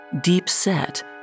deep-set